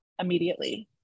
immediately